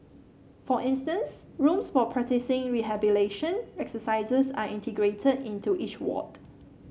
for instance rooms for practising rehabilitation exercises are integrated into each ward